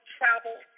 Travel